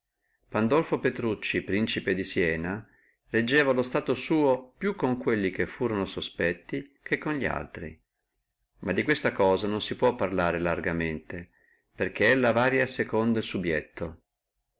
petrucci principe di siena reggeva lo stato suo più con quelli che li furono sospetti che con li altri ma di questa cosa non si può parlare largamente perché la varia secondo el subietto